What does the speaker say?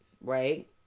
right